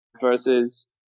versus